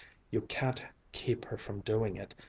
you can't keep her from doing it.